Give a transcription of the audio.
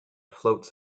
floats